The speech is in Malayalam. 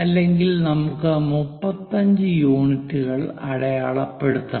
അല്ലെങ്കിൽ നമുക്ക് 35 യൂണിറ്റുകൾ അടയാളപ്പെടുത്തണം